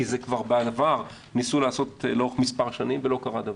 כי כבר בעבר ניסו לעשות לאורך מספר שנים ולא קרה דבר.